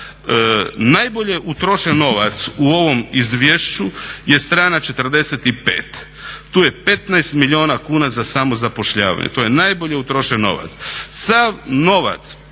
Najbolje utrošen novac u ovom izvješću je strana 45, tu je 15 milijuna kuna za samozapošljavanje. To je najbolje utrošen novac.